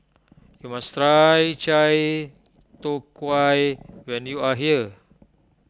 you must try Chai Tow Kuay when you are here